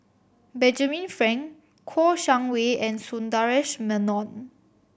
Benjamin Frank Kouo Shang Wei and Sundaresh Menon